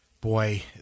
Boy